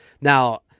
Now